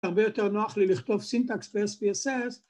‫הרבה יותר נוח לי לכתוב סינטקס ‫באס-פי-אס-אס.